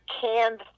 canned